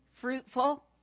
fruitful